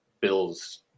bill's